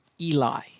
Eli